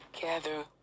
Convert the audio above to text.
gather